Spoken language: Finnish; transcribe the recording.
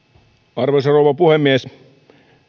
arvoisa rouva puhemies